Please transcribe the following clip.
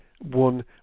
one